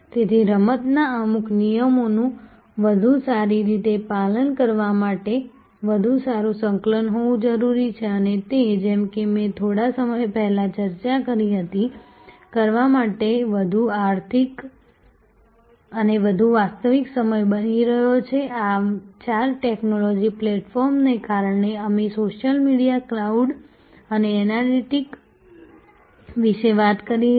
તેથી રમતના અમુક નિયમોનું વધુ સારી રીતે પાલન કરવા માટે વધુ સારું સંકલન હોવું જરૂરી છે અને તે જેમ કે મેં થોડા સમય પહેલા ચર્ચા કરી હતી કરવા માટે વધુ આર્થિક અને વધુ વાસ્તવિક સમય બની રહ્યો છે આ ચાર ટેક્નોલોજી પ્લેટફોર્મ્સને કારણે અમે સોશિયલ મીડિયા ક્લાઉડ અને એનાલિટિક્સ વિશે વાત કરી હતી